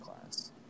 class